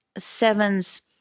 sevens